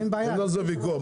אין על זה ויכוח.